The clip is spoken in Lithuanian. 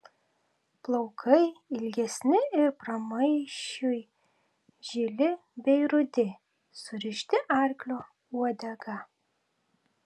plaukai ilgesni ir pramaišiui žili bei rudi surišti arklio uodega